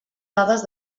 dades